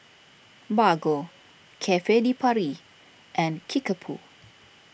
Bargo Cafe De Paris and Kickapoo